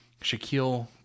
Shaquille